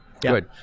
good